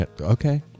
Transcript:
Okay